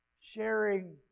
sharing